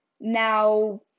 Now